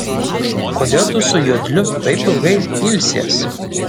kodėl tu su jodliu taip ilgai ilsies